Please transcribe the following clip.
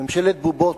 ממשלת בובות,